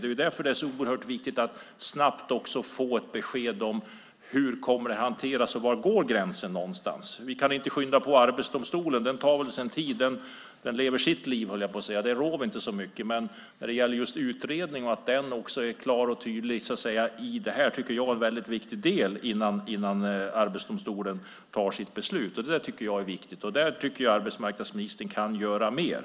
Det är därför som det är så oerhört viktigt att snabbt få ett besked om hur detta kommer att hanteras och var gränsen går någonstans. Vi kan inte skynda på Arbetsdomstolen. Den tar sin tid. Den lever sitt liv, höll jag på att säga. Vi rår inte så mycket över det. Men jag tycker att det är en väldigt viktig del att utredningen är klar och tydlig i fråga om detta innan Arbetsdomstolen tar sitt beslut. Jag tycker att arbetsmarknadsministern kan göra mer där.